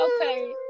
okay